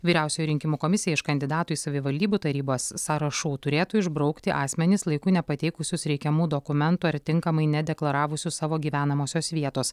vyriausioji rinkimų komisija iš kandidatų į savivaldybių tarybas sąrašų turėtų išbraukti asmenis laiku nepateikusius reikiamų dokumentų ar tinkamai nedeklaravusių savo gyvenamosios vietos